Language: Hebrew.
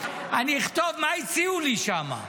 אני אכתוב מה הציעו לי שם,